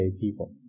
people